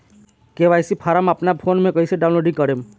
KYC form अपना phone मे कइसे डाऊनलोड करेम?